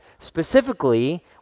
Specifically